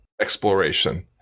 exploration